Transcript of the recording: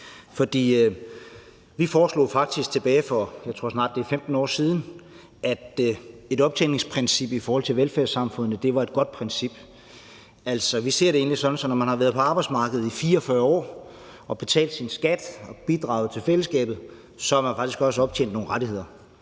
tror, det snart er 15 år siden, at et optjeningsprincip i forhold til velfærdssamfundet var et godt princip. Altså, vi ser det egentlig sådan, at når man har været på arbejdsmarkedet i 44 år og har betalt sin skat og bidraget til fællesskabet, så har man faktisk også optjent nogle rettigheder;